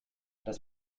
das